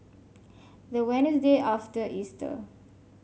the Wednesday after Easter